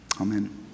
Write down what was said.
Amen